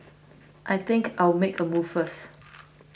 I think I'll make a move first